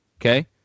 okay